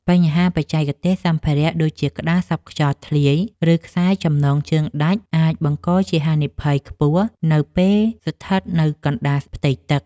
បញ្ហាបច្ចេកទេសសម្ភារៈ ដូចជាក្តារសប់ខ្យល់ធ្លាយ ឬខ្សែចំណងជើងដាច់ អាចបង្កជាហានិភ័យខ្ពស់នៅពេលស្ថិតនៅកណ្ដាលផ្ទៃទឹក។